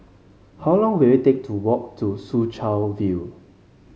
how long will it take to walk to Soo Chow View